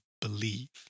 believe